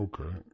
Okay